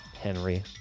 Henry